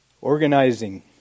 Organizing